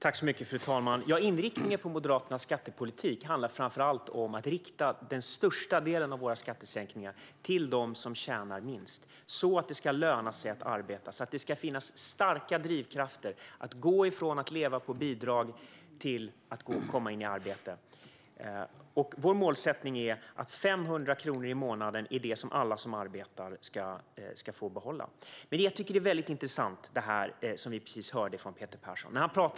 Fru talman! Moderaternas skattepolitik handlar framför allt om att rikta den största delen av våra skattesänkningar till dem som tjänar minst, så att det ska löna sig att arbeta och finnas starka drivkrafter att gå från att leva på bidrag till att komma i arbete. Vår målsättning är att alla som arbetar ska få behålla ytterligare 500 kronor i månaden. Jag tycker att det som vi precis hörde från Peter Persson är väldigt intressant.